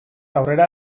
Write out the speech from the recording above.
aurrera